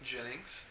Jennings